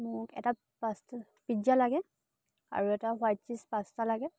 মোক এটা pasta pizza লাগে আৰু এটা হোৱাইট চীজ পাষ্টা লাগে